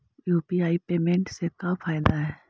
UPI payment से का फायदा है?